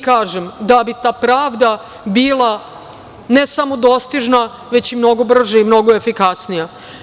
Kažem, i da bi ta pravda bila ne samo dostižna već i mnogo brže i mnogo efikasnija.